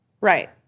Right